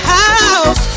house